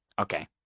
okay